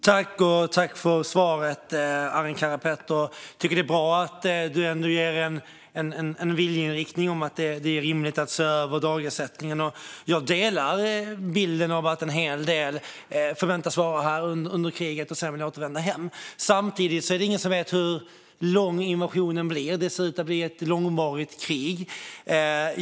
Fru talman! Jag tackar Arin Karapet för svaret. Jag tycker att det är bra att han ger en viljeinriktning och säger att det är rimligt att se över dagersättningen. Jag delar bilden av att en hel del förväntas vara här under kriget och sedan vilja återvända hem. Samtidigt är det ingen som vet hur lång invasionen blir. Det ser ut att bli ett långvarigt krig.